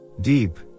deep